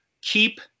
keep